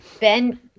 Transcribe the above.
Ben